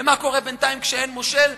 ומה קורה בינתיים כשאין מושל?